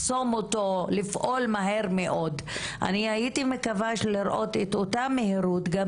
גם כשזה קשור בצעירות ובאלימות נגדן.